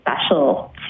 special